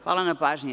Hvala na pažnji.